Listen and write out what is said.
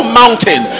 mountain